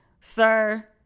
Sir